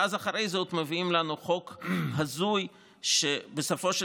ואז אחרי זה עוד מביאים לנו חוק הזוי שבסופו של